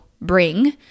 bring